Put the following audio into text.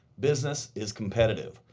business is competitive,